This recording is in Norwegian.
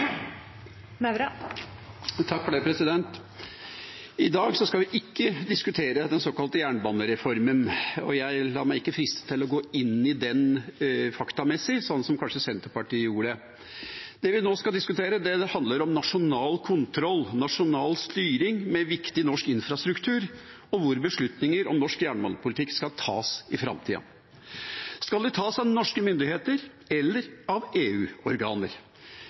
I dag skal vi ikke diskutere den såkalte jernbanereformen. Jeg lar meg ikke friste til å gå inn i den faktamessig, slik som kanskje Senterpartiet gjorde. Det vi nå skal diskutere, handler om nasjonal kontroll, nasjonal styring, med viktig norsk infrastruktur og hvor beslutninger om norsk jernbanepolitikk skal tas i framtida. Skal de tas av norske myndigheter eller av